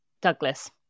Douglas